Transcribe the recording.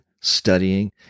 studying